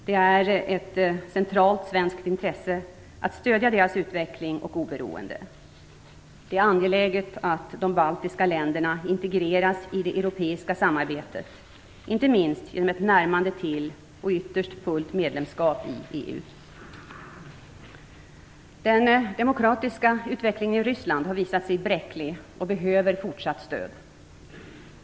Det är ett centralt svenskt intresse att stödja deras utveckling och oberoende. Det är angeläget att de baltiska länderna integreras i det europeiska samarbetet, inte minst genom ett närmande till, och ytterst fullt medlemskap i, EU. Den demokratiska utvecklingen i Ryssland har visat sig bräcklig och behöver fortsatt stöd.